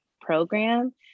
program